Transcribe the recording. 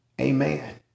Amen